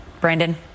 Brandon